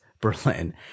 Berlin